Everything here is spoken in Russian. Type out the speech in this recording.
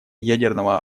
ядерного